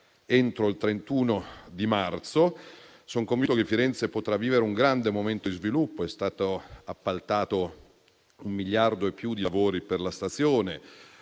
entro il 31 marzo. Son convinto che Firenze potrà vivere un grande momento di sviluppo. È stato appaltato oltre un miliardo di lavori per la stazione